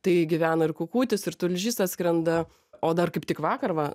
tai gyvena ir kukutis ir tulžys atskrenda o dar kaip tik vakar va